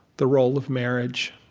the role of marriage.